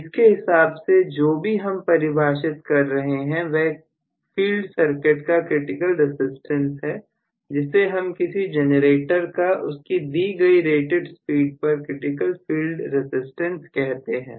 इसके हिसाब से जो भी हम परिभाषित कर रहे हैं वह फील्ड सर्किट का क्रिटिकल रसिस्टेंस है जिसे हम किसी जनरेटर का उसकी दी गई रेटेड स्पीड पर क्रिटिकल फील्ड रसिस्टेंस कहते हैं